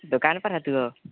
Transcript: दुकान पर हतुओ